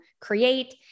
create